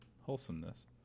Wholesomeness